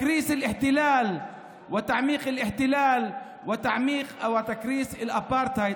(אומר דברים בשפה הערבית, להלן תרגומם: